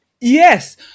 Yes